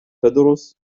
تدرس